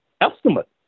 estimate